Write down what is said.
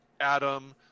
Adam